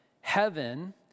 Heaven